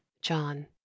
John